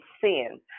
sins